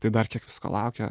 tai dar kiek visko laukia